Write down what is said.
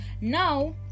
now